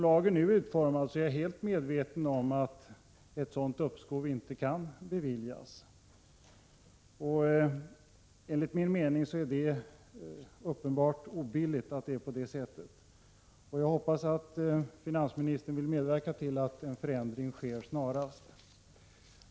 Jag är medveten om att uppskov med reavinstbeskattningen inte kan beviljas som lagen nu är utformad. Enligt min mening är det uppenbart obilligt. Jag hoppas att finansministern vill medverka till att en förändring sker snarast.